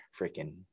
Freaking